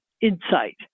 insight